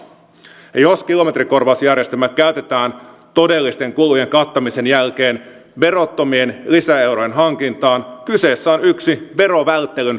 ja jos kilometrikorvausjärjestelmää käytetään todellisten kulujen kattamisen jälkeen verottomien lisäeurojen hankintaan kyseessä on yksi verovälttelyn muoto